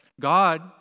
God